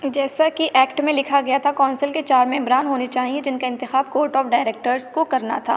جیسا کہ ایکٹ میں لکھا گیا تھا کونسل کے چار ممبران ہونے چاہئیں جن کا انتخاب کورٹ آف ڈائریکٹرس کو کرنا تھا